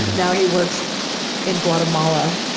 now he works in guatemala.